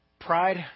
Pride